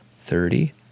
thirty